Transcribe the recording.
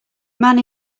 man